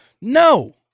No